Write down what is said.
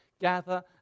gather